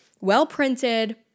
well-printed